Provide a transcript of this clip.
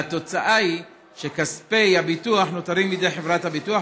והתוצאה היא שכספי הביטוח נותרים בידי חברת הביטוח,